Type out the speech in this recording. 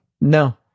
No